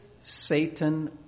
Satan